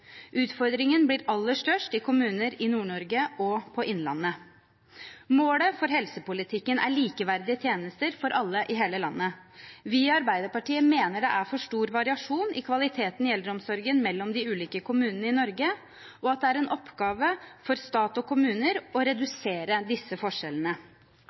Utfordringen blir aller størst i kommuner i Nord-Norge og på Innlandet. Målet for helsepolitikken er likeverdige tjenester for alle i hele landet. Vi i Arbeiderpartiet mener det er for stor variasjon i kvaliteten i eldreomsorgen mellom de ulike kommunene i Norge, og at det er en oppgave for stat og kommuner å redusere disse forskjellene.